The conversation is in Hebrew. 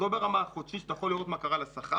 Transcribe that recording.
לא ברמה חודשית שאתה יכול לראות מה קרה לשכר,